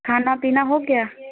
खाना पीना हो गया